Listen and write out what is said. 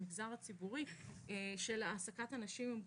ובמגזר הציבורי של העסקת אנשים עם מוגבלות.